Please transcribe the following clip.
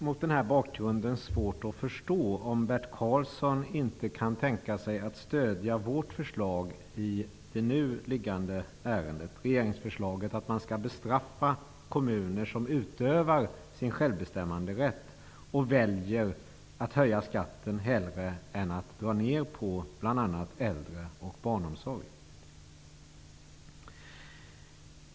Mot den här bakgrunden tycker jag att Bert Karlsson borde kunna tänka sig att stödja vårt förslag i det nu liggande ärendet, dvs. regeringsförslaget att man skall bestraffa kommuner som utövar sin självbetämmanderätt och väljer att höja skatten hellre än att dra ner på äldreomsorg och barnomsorg.